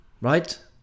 right